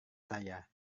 saya